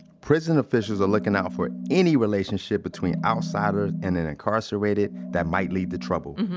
prison officials are looking out for it any relationship between outsiders and an incarcerated that might lead to trouble.